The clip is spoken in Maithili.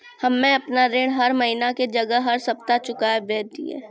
हम्मे आपन ऋण हर महीना के जगह हर सप्ताह चुकाबै छिये